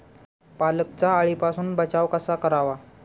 पालकचा अळीपासून बचाव कसा करावा?